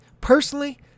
Personally